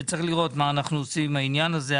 וצריך לראות מה אנחנו עושים עם העניין הזה.